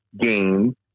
game